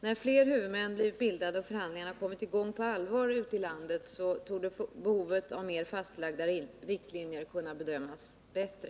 När fler huvudmän bildats och förhandlingarna på allvar kommit i gång ute i landet torde behovet av mera fastlagda riktlinjer kunna bedömas bättre.